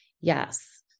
yes